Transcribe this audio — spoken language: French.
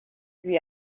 lui